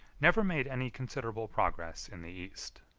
never made any considerable progress in the east.